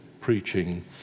preaching